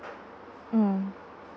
mm